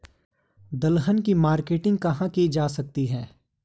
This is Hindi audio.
दलहन की मार्केटिंग कहाँ की जा सकती है?